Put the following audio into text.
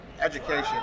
education